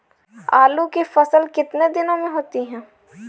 आलू की फसल कितने दिनों में होती है?